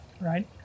right